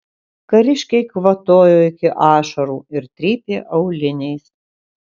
kariškiai kvatojo iki ašarų ir trypė auliniais